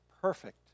perfect